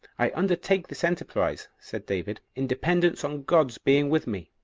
i undertake this enterprise, said david, in dependence on god's being with me,